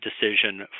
decision